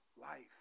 life